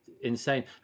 insane